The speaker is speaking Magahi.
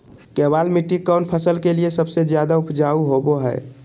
केबाल मिट्टी कौन फसल के लिए सबसे ज्यादा उपजाऊ होबो हय?